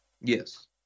Yes